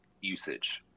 usage